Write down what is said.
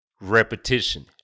Repetition